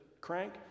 crank